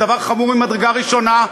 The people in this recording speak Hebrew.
דבר חמור ממדרגה ראשונה,